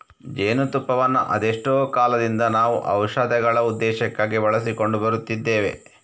ಜೇನು ತುಪ್ಪವನ್ನ ಅದೆಷ್ಟೋ ಕಾಲದಿಂದ ನಾವು ಔಷಧಗಳ ಉದ್ದೇಶಕ್ಕಾಗಿ ಬಳಸಿಕೊಂಡು ಬರುತ್ತಿದ್ದೇವೆ